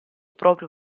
proprio